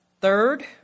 Third